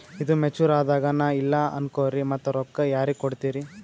ಈದು ಮೆಚುರ್ ಅದಾಗ ನಾ ಇಲ್ಲ ಅನಕೊರಿ ಮತ್ತ ರೊಕ್ಕ ಯಾರಿಗ ಕೊಡತಿರಿ?